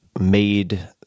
made